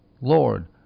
Lord